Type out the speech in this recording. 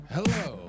Hello